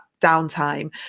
downtime